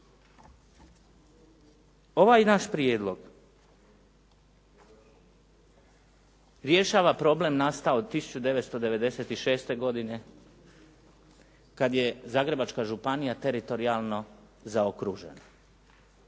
Ovaj naš prijedlog rješava problem nastao 1996. godine kad je Zagrebačka županija teritorijalno zaokružena,